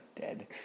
dead